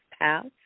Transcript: paths